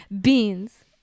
Beans